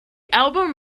album